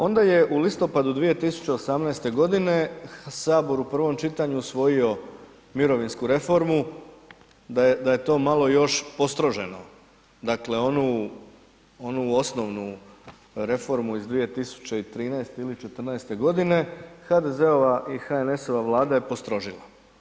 Onda je u listopadu 2018. godine sabor u prvom čitanju usvojio mirovinsku reformu, da je to malo još postroženo, dakle onu osnovnu reformu iz 2013. ili '14. godine HDZ-ova i HNS-ova je postrožila.